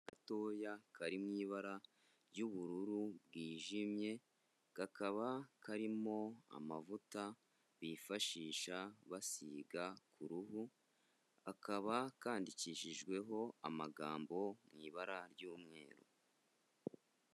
Gatoya kari mu ibara ry'ubururu bwijimye, kakaba karimo amavuta bifashisha basiga ku ruhu, kakaba kandikishijweho amagambo mu ibara ry'umweru.